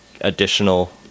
additional